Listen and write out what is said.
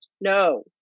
no